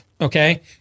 Okay